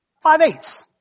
five-eighths